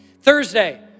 Thursday